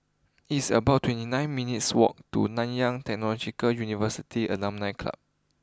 it's about twenty nine minutes' walk to Nanyang Technological University Alumni Club